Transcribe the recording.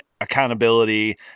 accountability